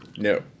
No